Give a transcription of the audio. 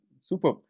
Super